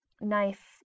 knife